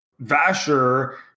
Vasher